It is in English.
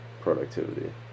productivity